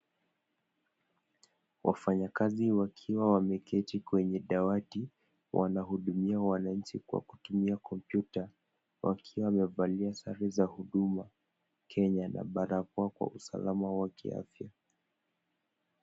Wafanyikazi wakiwa wameketi kwenye dawati wanahudumia wananchi kwa kutumia kompyuta wakiwa wamevalia sare za Huduma Kenya na barakoa ka usalama wao kiafya.